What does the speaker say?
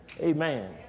Amen